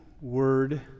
word